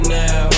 now